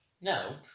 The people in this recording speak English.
No